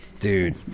Dude